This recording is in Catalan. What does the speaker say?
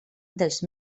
dels